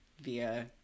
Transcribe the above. via